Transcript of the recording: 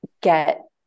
get